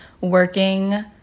working